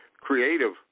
creative